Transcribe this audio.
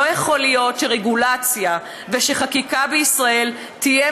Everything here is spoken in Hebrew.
לא יכול להיות שרגולציה ושחקיקה בישראל יהיו